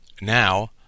now